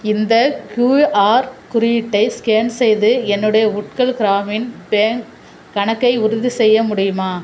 இந்த க்யூஆர் குறியீட்டை ஸ்கேன் செய்து என்னுடைய உட்கல் கிராமின் பேங்க் கணக்கை உறுதிசெய்ய முடியுமா